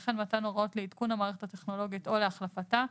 וכן מתן הוראות לעדכון המערכת הטכנולוגית או להחלפתה,